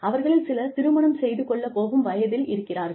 அவர்களில் சிலர் திருமணம் செய்து கொள்ளப் போகும் வயதில் இருக்கிறார்கள்